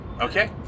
okay